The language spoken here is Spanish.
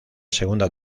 segunda